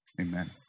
Amen